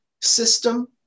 system